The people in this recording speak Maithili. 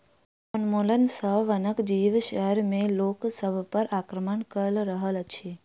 वनोन्मूलन सॅ वनक जीव शहर में लोक सभ पर आक्रमण कअ रहल अछि